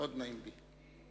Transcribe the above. מאוד נעים לי.